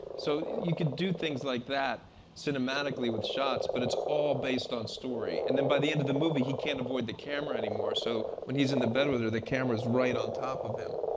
so you can do things like that cinematically with shots. but it's all based on story. and then, by the end of the movie, he can't avoid the camera anymore. so when he's in the bed with her, the camera is right on top of him,